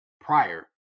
prior